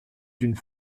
d’une